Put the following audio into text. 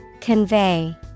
Convey